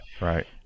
right